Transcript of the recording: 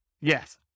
Yes